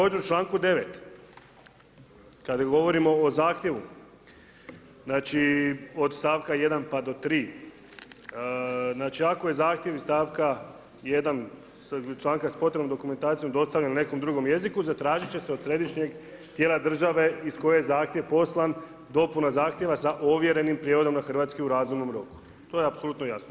Također u članku 9. kada govorimo o zahtjevu, znači od stavka 1. pa do 3., znači ako je zahtjev iz stavka 1. članka s potrebnom dokumentacijom dostavljen na nekom drugom jeziku zatražit će se od središnjeg tijela države iz koje je zahtjev poslan dopuna zahtjeva sa ovjerenim prijevodom na hrvatski u razumnom roku, to je apsolutno jasno.